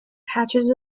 patches